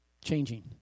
changing